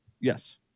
Yes